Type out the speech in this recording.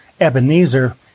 Ebenezer